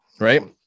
Right